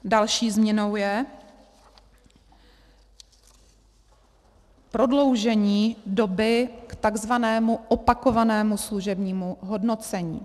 Další změnou je prodloužení doby k tzv. opakovanému služebnímu hodnocení.